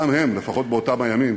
גם הם, לפחות באותם הימים,